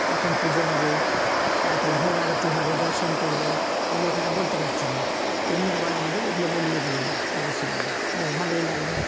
কখন পুজো হবে তারপরে ভোগ আরতি হবে দর্শন করব এগুলো তারা বলতে পারছে না তিনি আবার আমাদের এগুলো বলিয়ে দিলেন তাদের সঙ্গে বেশ ভালোই লাগল